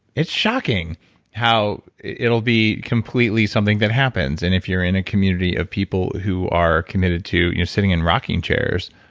it's shocking how it will be completely something that happens. and if you're in a community of people who are committed to sitting in rocking chairs,